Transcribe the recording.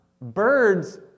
Birds